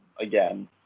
again